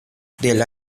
del